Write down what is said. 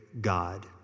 God